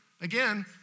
again